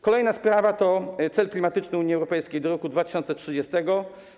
Kolejna sprawa to cel klimatyczny Unii Europejskiej do roku 2030.